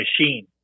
machine